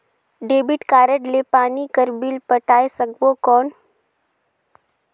Debit card ले पानी कर बिल पटाय सकबो कौन?